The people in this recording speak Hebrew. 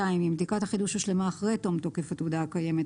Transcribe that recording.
אם בדיקת החידוש הושלמה אחרי תום תוקף התעודה הקיימת,